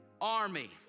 army